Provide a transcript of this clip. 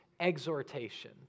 exhortation